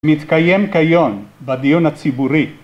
מתקיים כיום בדיון הציבורי